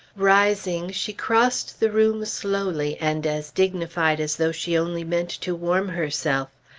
rising, she crossed the room slowly and as dignified as though she only meant to warm herself.